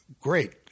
great